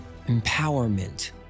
Empowerment